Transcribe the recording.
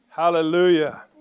Hallelujah